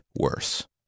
worse